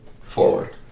forward